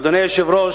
אדוני היושב-ראש,